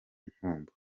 nkombo